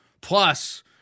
Plus